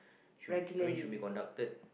should I mean should be conducted